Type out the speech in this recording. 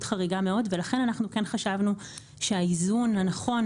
חריגה מאוד ולכן אנחנו כן חשבנו שהאיזון הנכון,